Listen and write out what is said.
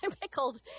Pickled